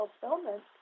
fulfillment